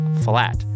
flat